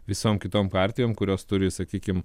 visom kitom partijom kurios turi sakykim